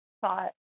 thought